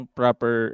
proper